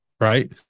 right